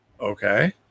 Okay